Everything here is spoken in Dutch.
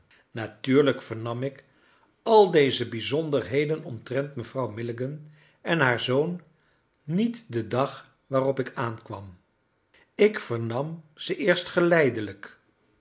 natuurlijk vernam ik al deze bijzonderheden omtrent mevrouw milligan en haar zoon niet den dag waarop ik aankwam ik vernam ze eerst geleidelijk